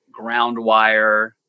Groundwire